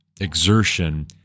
exertion